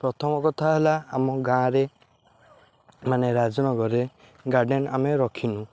ପ୍ରଥମ କଥା ହେଲା ଆମ ଗାଁରେ ମାନେ ରାଜନଗରରେ ଗାର୍ଡ଼େନ୍ ଆମେ ରଖିନୁ